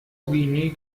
بینی